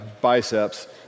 Biceps